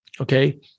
Okay